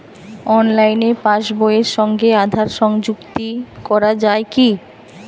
অনলাইনে পাশ বইয়ের সঙ্গে আধার সংযুক্তি করা যায় কি?